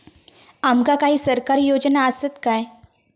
आमका काही सरकारी योजना आसत काय?